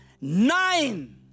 nine